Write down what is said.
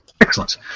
Excellent